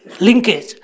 linkage